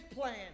plan